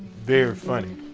very funny.